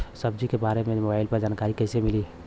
सब्जी के बारे मे मोबाइल पर जानकारी कईसे मिली?